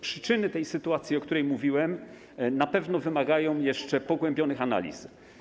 Przyczyny tej sytuacji, o której mówiłem, na pewno wymagają jeszcze pogłębionych analiz.